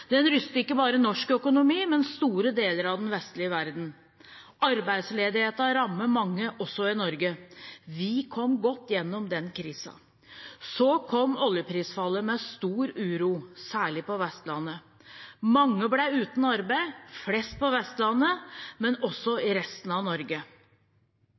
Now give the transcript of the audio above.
Den rystet ikke bare norsk økonomi, men store deler av den vestlige verden. Arbeidsledigheten rammet mange, også i Norge. Vi kom godt gjennom den krisen. Så kom oljeprisfallet, med stor uro særlig på Vestlandet. Mange ble uten arbeid, flest på Vestlandet, men også i resten av Norge.